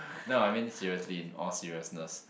no I mean seriously in all seriousness